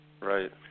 Right